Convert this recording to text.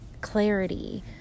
clarity